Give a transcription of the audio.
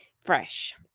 fresh